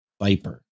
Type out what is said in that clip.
Viper